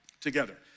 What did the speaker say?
together